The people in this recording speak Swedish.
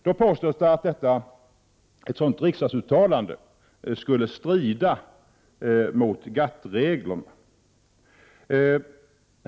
Det påstås att ett sådant riksdagsuttalande skulle strida mot GATT-reglerna.